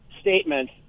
statement